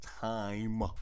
time